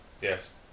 Yes